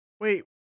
wait